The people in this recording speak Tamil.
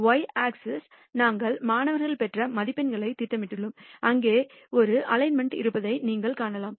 Y ஆக்சிஸ் நாங்கள் மாணவர் பெற்ற மதிப்பெண்களைத் திட்டமிட்டுள்ளோம் அங்கே ஒரு சீரமைப்பு இருப்பதை நீங்கள் காணலாம்